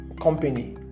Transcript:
company